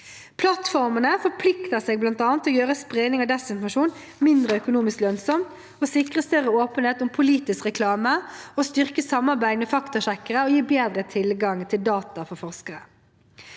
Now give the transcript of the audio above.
Plattformene forplikter seg bl.a. til å gjøre spredning av desinformasjon mindre økonomisk lønnsomt, sikre større åpenhet om politisk reklame, styrke samarbeidet med faktasjekkere og gi bedre tilgang til data for forskere.